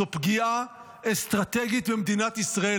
זו פגיעה אסטרטגית במדינת ישראל.